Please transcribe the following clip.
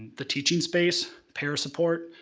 the teaching space, para-support,